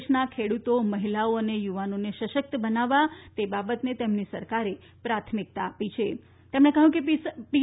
દેશના ખેડૂતો મહિલાઓ અને યુવાનોને સશક્ત બનાવવા તે બાબતે તેમની સરકારે પ્રાથમિકતા આપી છે તેમણે કહયું કે પી